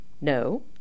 No